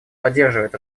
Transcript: поддерживает